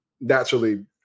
Naturally